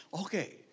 Okay